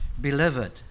Beloved